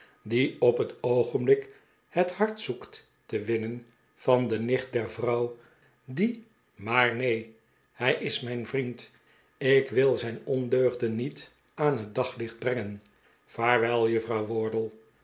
die op het oogenblik het hart zoekt te winnen van de nicht der vrouw die maar neen hij is mijn vriend ik wil zijn ondeugden niet aan het daglicht brengen vaarwel juffrouw wardle